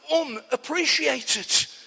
unappreciated